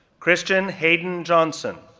christian hayden johnson,